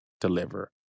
deliver